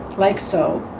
like so